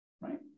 right